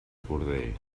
corder